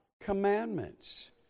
commandments